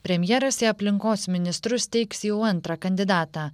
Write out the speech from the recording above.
premjeras į aplinkos ministrus teiks jau antrą kandidatą